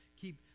keep